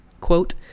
Quote